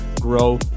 grow